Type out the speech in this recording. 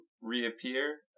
reappear